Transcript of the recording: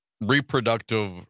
reproductive